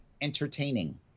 entertaining